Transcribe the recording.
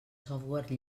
software